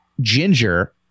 Ginger